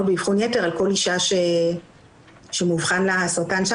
באבחון יתר על כל אישה שמאובחן לה סרטן שד